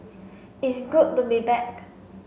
it's good to be back